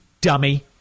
dummy